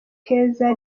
keza